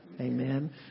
Amen